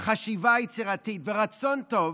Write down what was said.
וחשיבה יצירתית ורצון טוב,